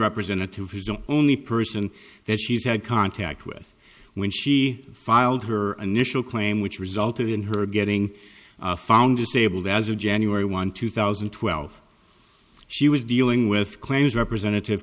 representative who don't only person that she's had contact with when she filed her initial claim which resulted in her getting found disabled as of january one two thousand and twelve she was dealing with claims representative